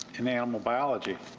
in animal biology.